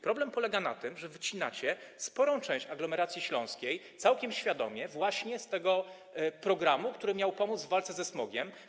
Problem polega na tym, że wycinacie sporą część aglomeracji śląskiej, całkiem świadomie, z tego programu, który miał pomóc w walce ze smogiem.